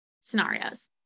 scenarios